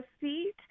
seat